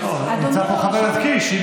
נמצא פה חבר הכנסת קיש.